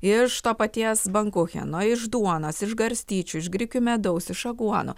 iš to paties bankucheno iš duonos iš garstyčių iš grikių medaus iš aguonų